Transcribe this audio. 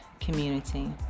community